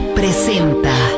presenta